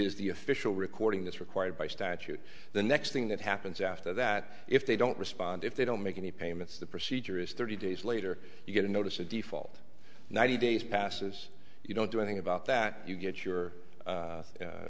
is the official recording that's required by statute the next thing that happens after that if they don't respond if they don't make any payments the procedure is thirty days later you get a notice of default ninety days passes you don't do anything about that you get your